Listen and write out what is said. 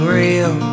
real